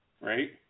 Right